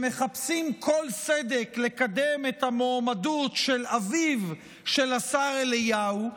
שמחפשים כל סדק כדי לקדם את המועמדות של אביו של השר אליהו,